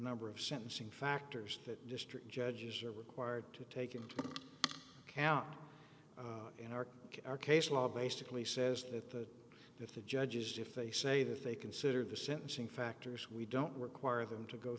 number of sentencing factors that district judges are required to take into account in our case law basically says that if the judges if they say that they consider the sentencing factors we don't require them to go